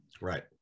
Right